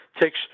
takes